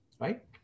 right